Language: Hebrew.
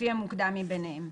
לפי המקודם מביניהם".